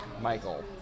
Michael